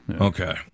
okay